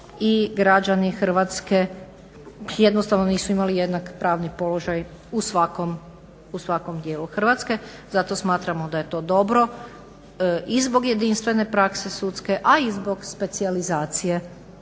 građani Hrvatske jednostavno nisu imali jednak pravni položaj u svakom dijelu Hrvatske. Zato smatramo da je to dobro i zbog jedinstvene prakse sudske, a i zbog specijalizacije sudaca